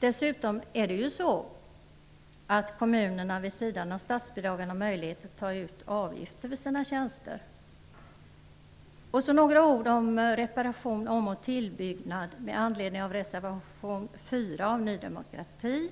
Dessutom har ju kommunerna vid sidan av statsbidragen möjlighet att ta ut avgifter för sina tjänster. Så några ord om reparation, om och tillbyggnad, med anledning av reservation 4 av Ny demokrati.